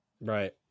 Right